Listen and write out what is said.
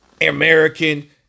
American